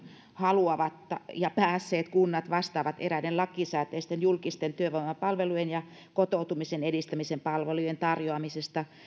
haluavat ja päässeet kunnat vastaavat eräiden lakisääteisten julkisten työvoimapalvelujen ja kotoutumisen edistämisen palvelujen tarjoamisesta